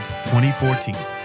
2014